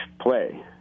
play